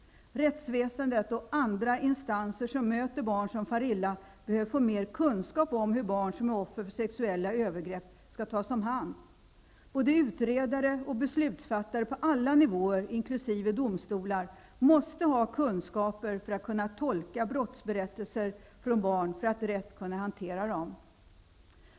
Rättsväsendet och andra instanser som möter barn som far illa behöver få mer kunskap om hur barn som är offer för sexuella övergrepp skall tas om hand. Såväl utredare som beslutsfattare på alla nivåer, inkl. domstolar, måste ha kunskaper för att kunna tolka brottsberättelser från barn för att rätt kunna hantera dem.